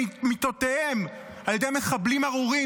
ממיטותיהם על ידי מחבלים ארורים,